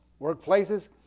workplaces